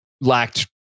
lacked